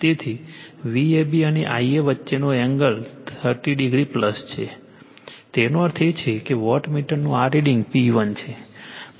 તેથી Vab અને Ia વચ્ચેનો એંગલ 30o છે તેનો અર્થ એ કે વોટમીટરનું આ રીડિંગ P1 છે